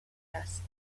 است